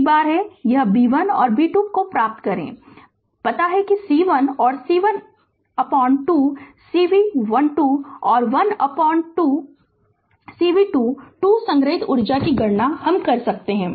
एक बार यह b 1 और b 2 प्राप्त करें पता है कि c 1 और c 12 cv 1 2 और 12 cv2 2 संग्रहीत ऊर्जा की गणना कर सकते हैं